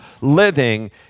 living